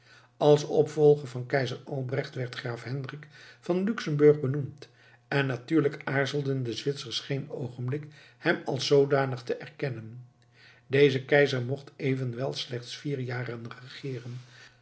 als opvolger van keizer albrecht werd graaf hendrik van luxemburg benoemd en natuurlijk aarzelden de zwitsers geen oogenblik hem als zoodanig te erkennen deze keizer mocht evenwel slechts vier jaar regeeren